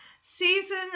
Season